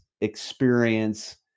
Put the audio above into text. experience